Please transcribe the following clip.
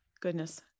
Goodness